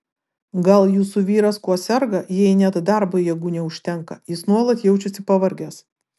gal jūsų vyras kuo serga jei net darbui jėgų neužtenka jis nuolat jaučiasi pavargęs